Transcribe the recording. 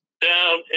down